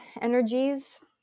energies